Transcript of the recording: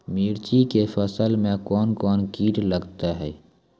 मिर्ची के फसल मे कौन कौन कीट लगते हैं?